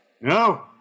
No